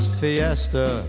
fiesta